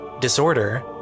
disorder